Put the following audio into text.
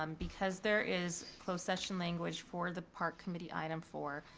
um because there is closed session language for the park committee item four,